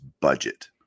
budget